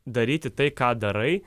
daryti tai ką darai